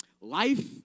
life